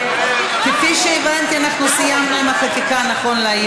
אני הקראתי את הצעת החוק של מיכל בירן.